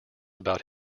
about